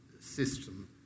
system